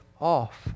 off